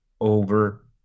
over